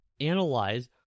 analyze